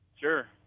Sure